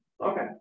Okay